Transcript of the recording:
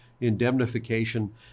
indemnification